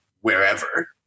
wherever